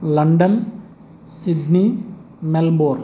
London Sydney Melbourne